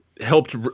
helped